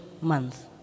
month